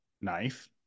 knife